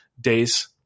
days